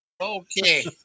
Okay